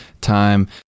time